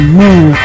move